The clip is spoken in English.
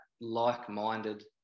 like-minded